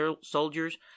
soldiers